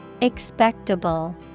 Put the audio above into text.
Expectable